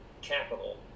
capital